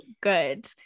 good